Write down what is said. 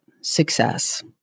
success